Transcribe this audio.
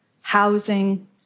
housing